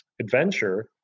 adventure